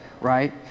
right